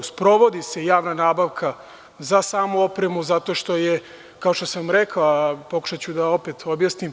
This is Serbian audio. Sprovodi se javna nabavka za samu opremu zato što je, kao što sam rekao, pokušaću opet da vam objasnim.